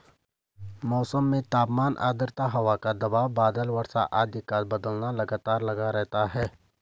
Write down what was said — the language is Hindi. मौसम में तापमान आद्रता हवा का दबाव बादल वर्षा आदि का बदलना लगातार लगा रहता है